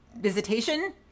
visitation